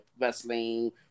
wrestling